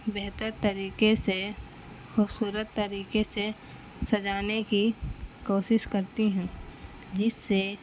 بہتر طریقے سے خوبصورت طریقے سے سجانے کی کوشش کرتی ہوں جس سے